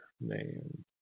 name